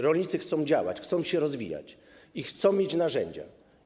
Rolnicy chcą działać, chcą się rozwijać i chcą mieć narzędzia.